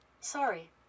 Sorry